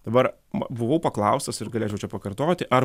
dabar buvau paklaustas ir galėčiau čia pakartoti ar